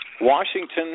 Washington